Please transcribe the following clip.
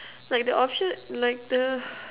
like the option like the